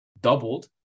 doubled